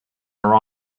are